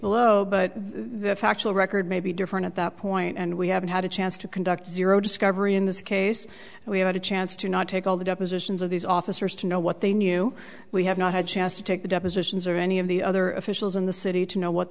below but the factual record may be different at that point and we haven't had a chance to conduct zero discovery in this case we had a chance to not take all the depositions of these officers to know what they knew we have not had a chance to take the depositions or any of the other officials in the city to know what